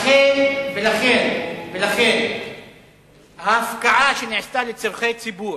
ולכן, ההפקעה שנעשתה לצורכי ציבור,